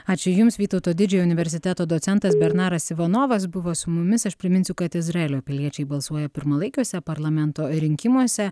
ačiū jums vytauto didžiojo universiteto docentas bernaras ivanovas buvo su mumis aš priminsiu kad izraelio piliečiai balsuoja pirmalaikiuose parlamento rinkimuose